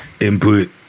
input